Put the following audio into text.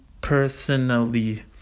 personally